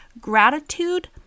Gratitude